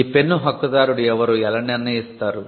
ఈ పెన్ను హక్కుదారుడు ఎవరో ఎలా నిర్ణయిస్తారు